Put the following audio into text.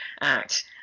act